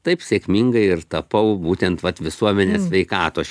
taip sėkmingai ir tapau būtent vat visuomenės sveikatos šiandien taip vadinamo